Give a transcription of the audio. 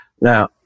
Now